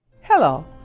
Hello